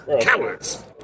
Cowards